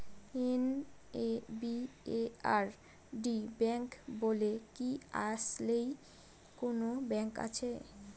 NABARD bank বলে কি আসলেই কোনো ব্যাংক আছে?